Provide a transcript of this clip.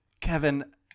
Kevin